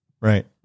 Right